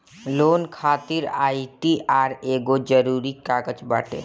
loan खातिर ITR एगो जरुरी कागज बाटे